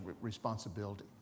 responsibility